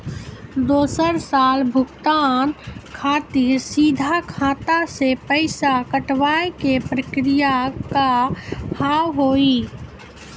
दोसर साल भुगतान खातिर सीधा खाता से पैसा कटवाए के प्रक्रिया का हाव हई?